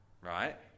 right